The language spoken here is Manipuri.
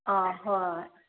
ꯑꯥ ꯍꯣꯏ ꯍꯣꯏ ꯍꯣꯏ